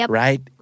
right